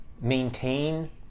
maintain